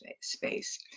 space